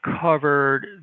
covered